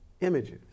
images